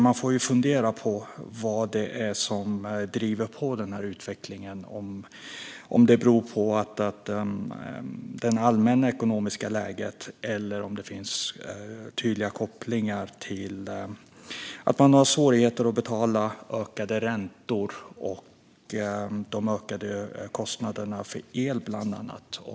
Man får fundera på vad det är som driver den utvecklingen. Beror detta på det allmänna ekonomiska läget, eller finns det tydliga kopplingar till att man har svårigheter att betala ökade räntekostnader och ökade kostnader för bland annat el?